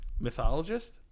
Mythologist